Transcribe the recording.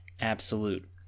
absolute